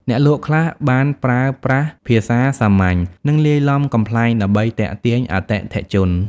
អ្នកលក់ខ្លះបានប្រើប្រាស់ភាសាសាមញ្ញនិងលាយឡំកំប្លែងដើម្បីទាក់ទាញអតិថិជន។